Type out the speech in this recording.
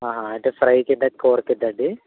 అంటే ఫ్రై కిందా కూర కిందకి